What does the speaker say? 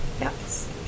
yes